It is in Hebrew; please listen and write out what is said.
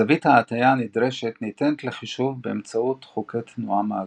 זווית ההטיה הנדרשת ניתנת לחישוב באמצעות חוקי תנועה מעגלית.